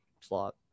slot